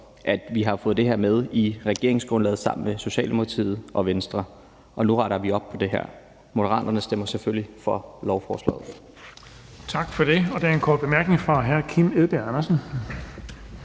at vi har fået det her med i regeringsgrundlaget sammen med Socialdemokratiet og Venstre. Nu retter vi op på det her. Moderaterne stemmer selvfølgelig for lovforslaget. Kl. 18:37 Den fg. formand (Erling Bonnesen): Tak for det. Der er en kort bemærkning fra hr. Kim Edberg Andersen.